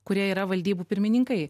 kurie yra valdybų pirmininkai